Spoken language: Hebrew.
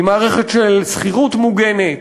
עם מערכת של שכירות מוגנת,